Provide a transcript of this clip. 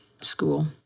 school